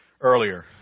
earlier